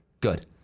good